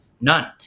None